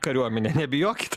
kariuomenė nebijokit